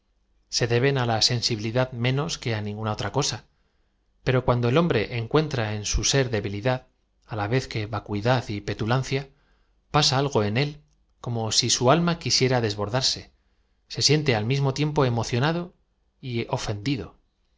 se deben á la sensibilidad menos que á ninguna otra cosa pero cuando el hombre encuentra en su aer debilidad á la v e z que vacuidad y petulan cia pasa algo en él como si su alm a quisiera desbor darse ae siente al mismo tiempo emocionado y